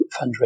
fundraising